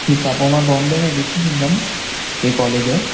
ठीकु आहे पोइ मां बॉम्बे में ॾिसी ईंदुमि हे कॉलेज